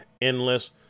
endless